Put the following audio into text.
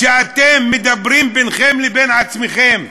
כשאתם מדברים ביניכם לבין עצמכם,